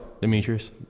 Demetrius